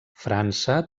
frança